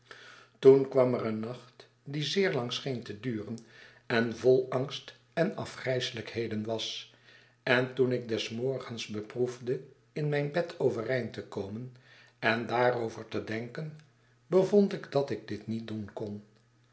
toen kwam er een nacht die zeer lang scheen te duren en vol angst en afgrijselijkheden was en toen ik des morgens beproefde in mijn bed overeind te ko men en daarover te denken bevond ik dat ik dit niet doen kon